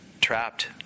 trapped